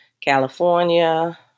California